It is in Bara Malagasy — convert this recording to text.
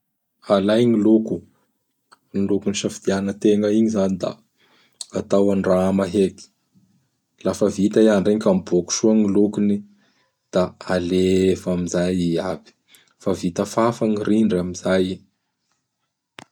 Alay gny loko. Gny loko isafidiagnategna igny zany; da atao andrama heky. Lafa vita i andra igny ka mibokay soa gny lokony; da alefa amin'izay i aby. Fa vita fafa gny rindry amin'izay.